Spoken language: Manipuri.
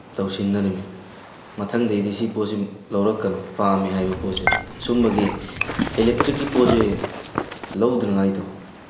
ꯇꯧꯁꯤꯟꯅꯔꯤꯃꯤ ꯃꯊꯪꯗꯒꯤꯗꯤ ꯁꯤ ꯄꯣꯠꯁꯤ ꯂꯧꯔꯛꯀꯅꯨ ꯄꯥꯝꯃꯤ ꯍꯥꯏꯕ ꯄꯣꯠꯁꯦ ꯁꯨꯝꯕꯒꯤ ꯑꯦꯂꯦꯛꯇ꯭ꯔꯤꯛꯀꯤ ꯄꯣꯠꯁꯦ ꯂꯧꯗ꯭ꯔꯤꯉꯩꯗꯣ